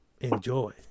enjoy